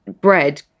bread